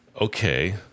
Okay